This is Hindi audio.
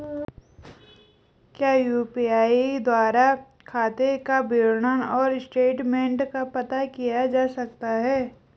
क्या यु.पी.आई द्वारा खाते का विवरण और स्टेटमेंट का पता किया जा सकता है?